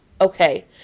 Okay